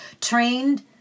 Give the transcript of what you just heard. trained